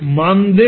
মান দেবে